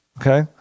Okay